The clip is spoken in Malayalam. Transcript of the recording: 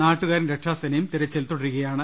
നാട്ടുകാരും രക്ഷാസേന്ന്യും തീരച്ചിൽ തുടരുകയാണ്